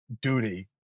duty